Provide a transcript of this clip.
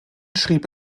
schrieb